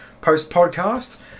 post-podcast